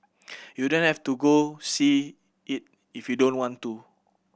you don't have to go see it if you don't want to